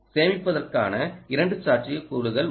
சேமிப்பதற்கான இரண்டு சாத்தியக்கூறுகள் உள்ளன